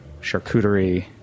charcuterie